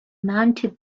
mounted